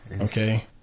Okay